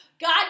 God